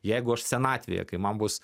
jeigu aš senatvėje kai man bus